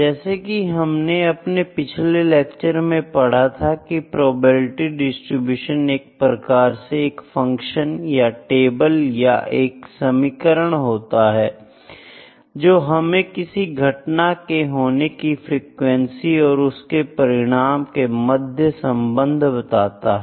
जैसा कि हमने अपने पिछले लेक्चर में पढ़ा था की प्रोबेबिलिटी डिसटीब्यूशन एक प्रकार से एक फंक्शन या टेबल या एक समीकरण होता है जो हमें किसी घटना के होने की फ्रीक्वेंसी और उसके परिणाम के मध्य संबंध बताता है